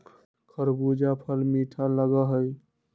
खरबूजा फल मीठा लगा हई